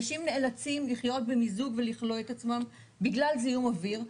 אנשים נאלצים לחיות במיזוג ולכלוא את עצמם בגלל זיהום אוויר,